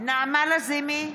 נעמה לזימי,